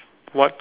what